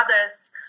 others